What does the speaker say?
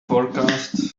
forecast